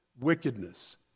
wickedness